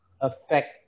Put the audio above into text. affect